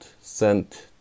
sent